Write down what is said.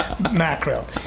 mackerel